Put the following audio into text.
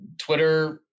Twitter